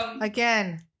Again